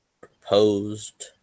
proposed